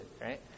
right